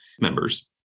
members